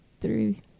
three